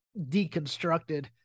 deconstructed